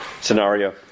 scenario